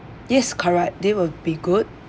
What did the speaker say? yes correct they will be good